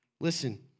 Listen